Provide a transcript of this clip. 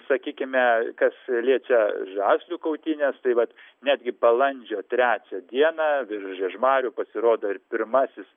sakykime kas liečia žaslių kautynes tai vat netgi balandžio trečią dieną virš žiežmarių pasirodo ir pirmasis